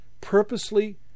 purposely